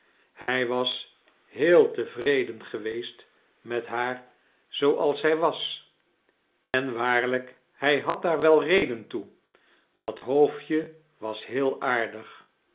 hij was heel tevreden geweest met haar zooals zij was en waarlijk hij had daar wel reden toe dat hoofdje was heel aardig